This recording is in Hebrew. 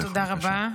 תודה רבה.